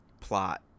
plot